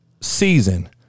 season